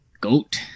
Goat